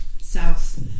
south